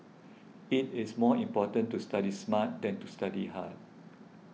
it is more important to study smart than to study hard